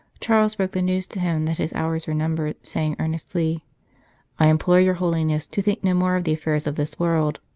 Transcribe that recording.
charles broke the news to him that his hours were numbered, saying earnestly i implore your holiness to think no more of the affairs of this world,